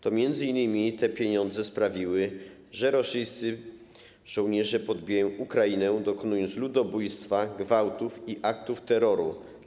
To m.in. te pieniądze sprawiły, że rosyjscy żołnierze podbijają Ukrainę, dokonując ludobójstwa, gwałtów i aktów terroru.